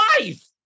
Life